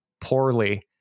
poorly